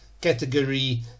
category